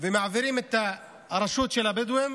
ומעבירים את הרשות של הבדואים